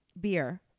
beer